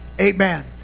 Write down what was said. amen